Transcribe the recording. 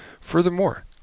Furthermore